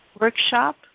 workshop